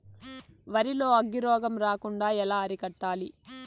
వరి లో అగ్గి రోగం రాకుండా ఎలా అరికట్టాలి?